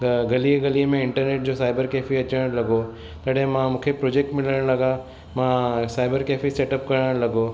त गली गली में इंटरनेट जो साइबर कैफे अचण लॻो तॾहिं मां मूंखे प्रोजेक्ट मिलण लॻा मां साइबर कैफे सेटअप करणु लॻो